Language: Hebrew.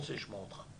רוצה לשמוע אותך.